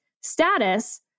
status